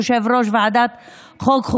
יושב-ראש ועדת החוקה,